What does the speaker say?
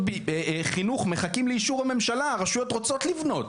חינוך מחכים לאישור הממשלה הרשויות רוצות לבנות.